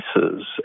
devices